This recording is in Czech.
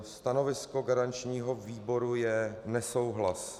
Stanovisko garančního výboru je nesouhlas.